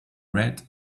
red